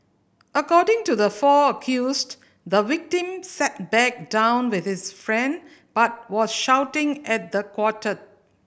according to the four accused the victim sat back down with his friend but was shouting at the quartet